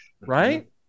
Right